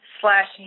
slash